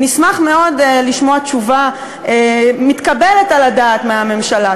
אני אשמח מאוד לשמוע תשובה מתקבלת על הדעת מהממשלה.